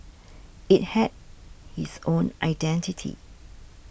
it had its own identity